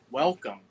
Welcome